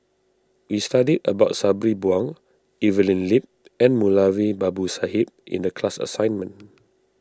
we studied about Sabri Buang Evelyn Lip and Moulavi Babu Sahib in the class assignment